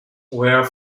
were